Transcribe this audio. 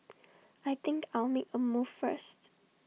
I think I'll make A move first